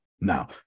Now